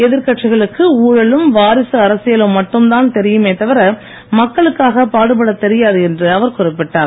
எதிர்க்கட்சிகளுக்கு ஊழலும் வாரிசு அரசியலும் மட்டும் தான் தெரியுமே தவிர மக்களுக்காக பாடுப்படத் தெரியாது என்று அவர் குறிப்பிட்டார்